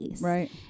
Right